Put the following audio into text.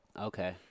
Okay